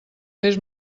fes